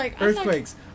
Earthquakes